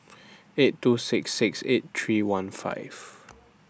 eight two six six eight three one five